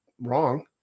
wrong